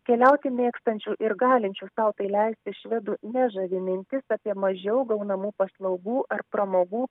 keliauti mėgstančių ir galinčių sau tai leisti švedų nežavi mintis apie mažiau gaunamų paslaugų ar pramogų